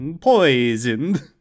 poisoned